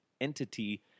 entity